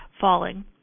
falling